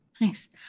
Nice